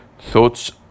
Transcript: Thoughts